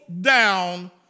down